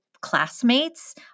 classmates